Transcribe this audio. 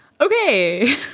Okay